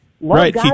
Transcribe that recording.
Right